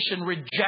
reject